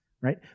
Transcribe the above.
right